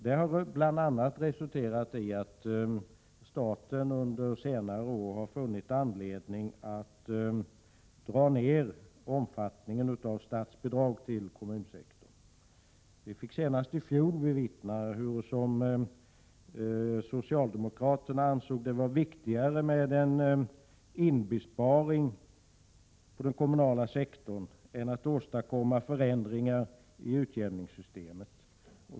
Det har bl.a. resulterat i att staten under senare år har funnit anledning att dra ned omfattningen av statsbidrag till kommunsektorn. Vi fick senast i fjol bevittna hurusom socialdemokraterna ansåg det vara viktigare med en inbesparing på den kommunala sektorn än att åstadkomma förändringar i utjämningssystemet.